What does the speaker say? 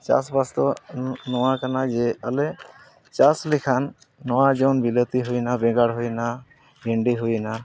ᱪᱟᱥᱵᱟᱥ ᱫᱚ ᱱᱚᱣᱟ ᱠᱟᱱᱟ ᱡᱮ ᱟᱞᱮ ᱪᱟᱥ ᱞᱮᱠᱷᱟᱱ ᱱᱚᱣᱟ ᱡᱮᱢᱚᱱ ᱵᱤᱞᱟᱹᱛᱤ ᱦᱩᱭᱱᱟ ᱵᱮᱸᱜᱟᱲ ᱦᱩᱭᱱᱟ ᱵᱷᱤᱱᱰᱤ ᱦᱩᱭᱱᱟ